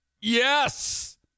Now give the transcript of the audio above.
Yes